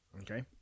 Okay